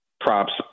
props